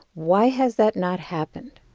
why has that not happened?